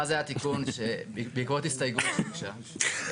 ואז היה תיקון בעקבות הסתייגות שהוגשה,